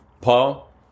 Paul